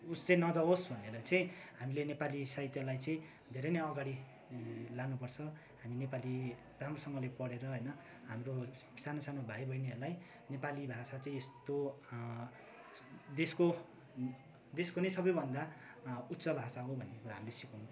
उयो चाहिँ नजावोस् भनेर चाहिँ हामीले नेपाली साहित्यलाई चाहिँ धेरै नै अगाडि लानु पर्छ हामी नेपाली राम्रोसँगले पढेर होइन हाम्रो सानो सानो भाइ बहिनीहरूलाई नेपाली भाषा चाहिँ यस्तो देशको देशको नै सबभन्दा उच्च भाषा हो भनेर हामीले सिकाउनु पर्छ